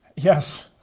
yes.